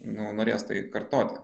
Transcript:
nu norės tai kartoti